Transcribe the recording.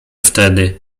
wtedy